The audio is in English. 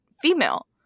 female